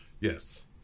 Yes